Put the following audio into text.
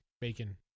bacon